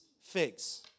figs